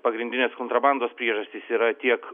pagrindinės kontrabandos priežastys yra tiek